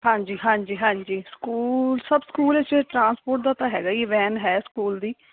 ਹਾਂਜੀ ਹਾਂਜੀ ਹਾਂਜੀ ਸਕੂਲ ਸਭ ਸਕੂਲ 'ਚ ਟ੍ਰਾਂਸਪੋਟ ਦਾ ਤਾਂ ਹੈਗਾ ਹੀ ਵੈਨ ਹੈ ਸਕੂਲ ਦੀ